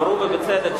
אמרו ובצדק,